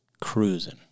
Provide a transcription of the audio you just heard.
cruising